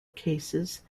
cases